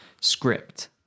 script